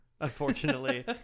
Unfortunately